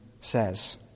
says